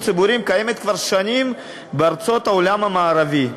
ציבוריים קיימת כבר שנים בארצות העולם המערבי.